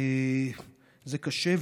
זה קשה.